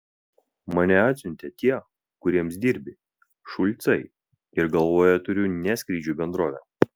mane atsiuntė tie kuriems dirbi šulcai ir galvoje turiu ne skrydžių bendrovę